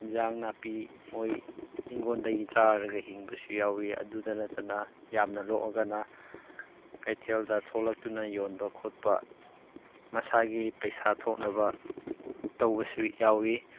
ꯑꯦꯟꯖꯥꯡ ꯅꯥꯄꯤ ꯃꯣꯏ ꯏꯪꯈꯣꯜꯗꯒꯤ ꯆꯥꯔꯒ ꯍꯤꯡꯕꯁꯨ ꯌꯥꯎꯏ ꯑꯗꯨꯗ ꯅꯠꯇꯅ ꯌꯥꯝꯅ ꯂꯣꯛꯑꯒꯅ ꯀꯩꯊꯦꯜꯗ ꯊꯣꯂꯛꯇꯨꯅ ꯌꯣꯟꯕ ꯈꯣꯠꯄ ꯃꯁꯥꯒꯤ ꯄꯩꯁꯥ ꯊꯣꯛꯅꯕ ꯇꯧꯕꯁꯨ ꯌꯥꯎꯏ